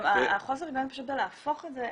גם חוסר ההיגיון בלהפוך את זה,